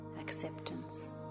acceptance